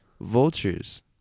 vultures